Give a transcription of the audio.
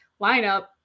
lineup